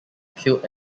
killed